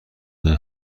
این